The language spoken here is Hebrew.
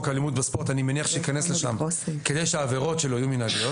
איסור אלימות בספורט ייכנס לשם כדי שהעבירות שלו יהיו מינהליות